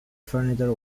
furniture